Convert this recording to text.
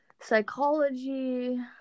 psychology